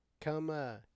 Come